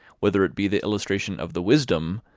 whether it be the illustration of the wisdom,